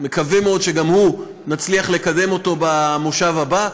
אני מקווה מאוד שגם אותו נצליח לקדם במושב הבא,